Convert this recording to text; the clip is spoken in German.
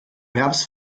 herbst